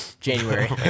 January